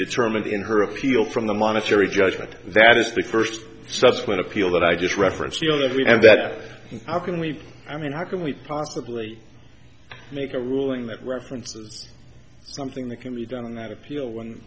determined in her appeal from the monetary judgment that is the first subsequent appeal that i just referenced feel that we have that how can we i mean how can we possibly make a ruling that references something that can be done in that appeal when